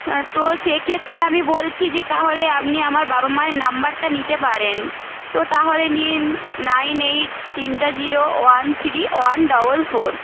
হ্যাঁ তো সেক্ষেত্রে আমি বলছি যে তাহলে আপনি আমার বাবা মায়ের নাম্বারটা নিতে পারেন তো তাহলে নিন নাইন এইট তিনটে zero one three one double four